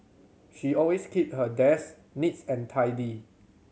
she always keep her desk neat's and tidy